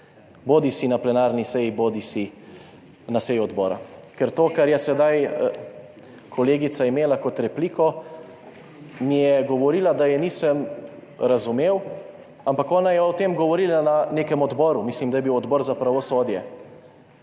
bodisi na plenarni seji bodisi na seji odbora? Ker v tem, kar je sedaj kolegica imela kot repliko, mi je govorila, da je nisem razumel, ampak ona je o tem govorila na nekem odboru, mislim, da je bil odbor za pravosodje.